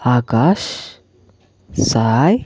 Akash Sai